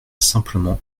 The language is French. simplement